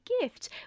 gift